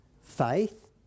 faith